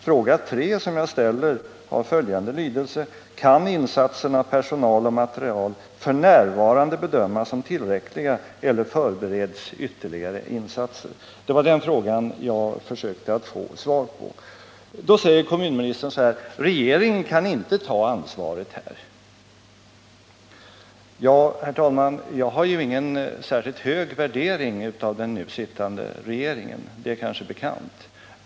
Fråga 3 som jag ställer har följande lydelse: ”Kan insatserna av personal och materiel f. n. bedömas som tillräckliga eller förbereds ytterligare insatser?” Det var den frågan jag försökte få svar på. Då säger kommunministern: Regeringen kan inte ta ansvaret här. Ja, herr talman, jag har ingen särskilt hög värdering av den nu sittande regeringen — det är kanske bekant.